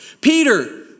Peter